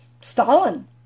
Stalin